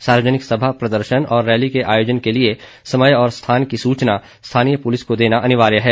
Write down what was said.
सार्वजनिक सभा प्रदर्शन और रैली के आयोजन के लिए समय और स्थान की सूचना स्थानीय प्लिस को देना अनिवार्य है